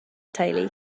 teulu